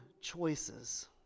choices